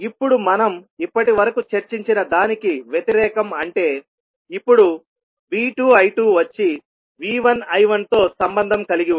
ఇప్పుడు మనం ఇప్పటివరకు చర్చించిన దానికి వ్యతిరేకం అంటే ఇప్పుడు V2 I2 వచ్చి V1 I1 తో సంబంధం కలిగి ఉంటుంది